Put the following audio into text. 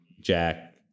jack